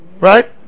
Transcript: Right